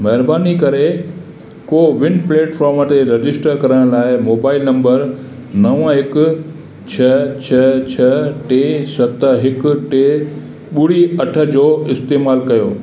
महिरबानी करे CoWIN platform ते रजिस्टर करण लाइ मोबाइल नंबर नव हिकु छह छह छह टे सत हिकु टे ॿुड़ी अठ जो इस्तेमालु कयो